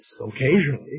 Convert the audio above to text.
occasionally